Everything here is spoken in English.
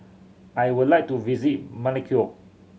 I would like to visit Melekeok